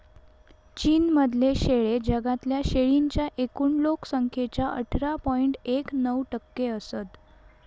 चीन मधले शेळे जगातल्या शेळींच्या एकूण लोक संख्येच्या अठरा पॉइंट एक नऊ टक्के असत